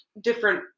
different